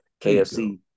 KFC